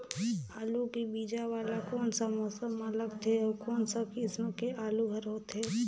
आलू के बीजा वाला कोन सा मौसम म लगथे अउ कोन सा किसम के आलू हर होथे?